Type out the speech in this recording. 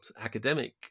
academic